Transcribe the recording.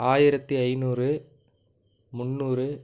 ஆயிரத்தி ஐநூறு முந்நூறு